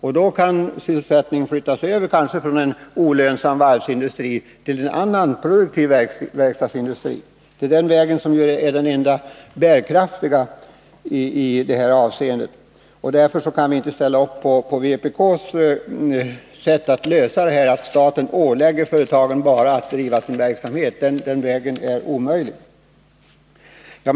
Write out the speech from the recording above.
Kanske kan sysselsättningen då flyttas över från en olönsam varvsindustri till annan, produktiv verkstadsindustri. Det är den enda framkomliga vägen när det gäller att få bärkraft. Därför kan vi inte ansluta oss till vpk:s förslag till lösning av problemen: att staten bara ålägger företagen att driva sin verksamhet. Det är en omöjlig väg.